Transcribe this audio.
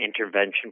intervention